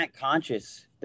conscious